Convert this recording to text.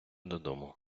додому